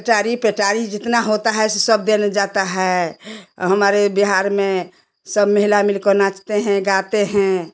एटारी पेटारी जितना होता है सब बन जाता है हमारे बिहार में सब महिला मिलकर नाचते हैं गाते हैं